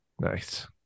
nice